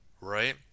Right